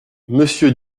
monsieur